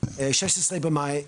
16 במאי,